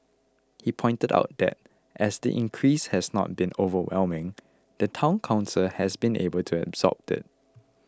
he pointed out that as the increase has not been overwhelming the Town Council has been able to absorb it